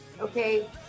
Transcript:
Okay